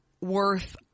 worth